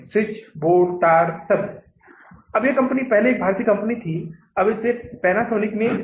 एक घटक परिचालन बजट है दूसरा घटक वित्तीय बजट है